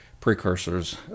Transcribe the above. precursors